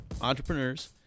entrepreneurs